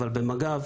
אבל במג"ב